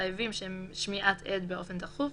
המחייבים שמיעת עד באופן דחוף,